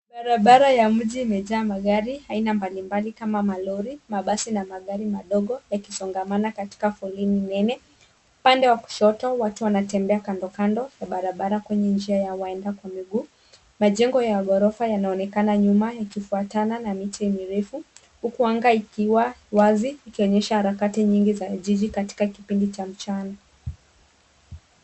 Barabara ya mji imejaa magari aina mbali mbali, kama malori, mabasi na magari madogo. yakisongamana katika foleni nene. Upande wa kushoto watu wanatembea kando kando ya barabara kwenye njia ya waenda kwa miguu .Majengo ya ghorofa yanaonekana nyuma ,yakifuatana na miti mirefu, huku anga ikiwa wazi, ikionyesha harakati nyingi za jiji katika kipindi cha mchana.